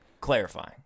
clarifying